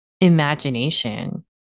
imagination